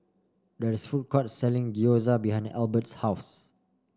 there is a food court selling Gyoza behind Albert's house